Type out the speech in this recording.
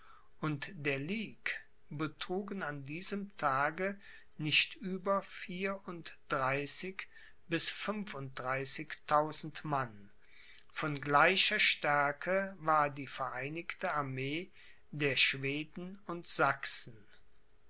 und der ligue betrugen an diesem tage nicht über vierunddreißig bis fünfunddreißigtausend mann von gleicher stärke war die vereinigte armee der schweden und sachsen